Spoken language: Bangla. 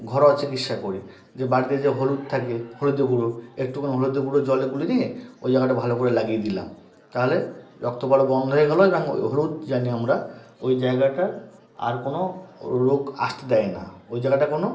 ঘরোয়া চিকিৎসা করি যে বাড়িতে যে হলুদ থাকে হলুদের গুঁড়ো একটুখানি হলুদের গুঁড়ো জলে গুলে নিয়ে ওই জায়গাটা ভালো করে লাগিয়ে দিলাম তাহলে রক্ত পড়া বন্ধ হয়ে গেলো এবং ওই হলুদ জানি আমরা ওই জায়গাটার আর কোনো রোগ আসতে দেয় না ওই জায়গাটা কোনো